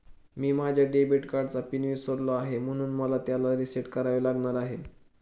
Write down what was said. मी माझ्या डेबिट कार्डचा पिन विसरलो आहे म्हणून मला त्याला रीसेट करावे लागणार आहे